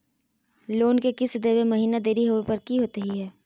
Loan के किस्त देवे महिना देरी होवे पर की होतही हे?